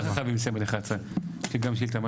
חייבים לסיים עד 11:00. יש לי גם שאילתה.